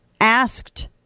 asked